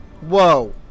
Whoa